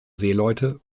seeleute